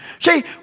See